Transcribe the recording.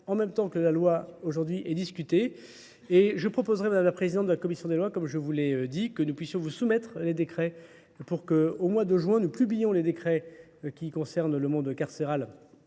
en même temps que la loi aujourd'hui est discutée, Et je proposerai, madame la présidente de la commission des lois, comme je vous l'ai dit, que nous puissions vous soumettre les décrets pour qu'au mois de juin, nous publions les décrets qui concernent le monde carcéral